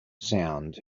sound